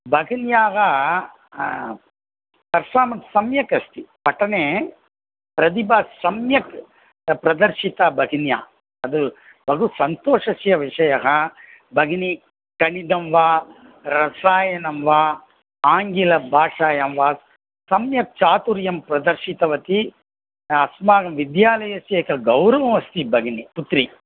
भगिन्याः पर्फ़ार्मेन्स् सम्यगस्ति पठने प्रतिभा सम्यक् प्रदर्शिता भगिन्या तद् बहु सन्तोषस्य विषयः भगिनी गणितं वा रसायनं वा आङ्ग्लभाषायां वा सम्यक् चातुर्यं प्रदर्शितवती अस्माकं विद्यालयस्य एतद् गौरवमस्ति भगिनी पुत्री